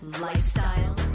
lifestyle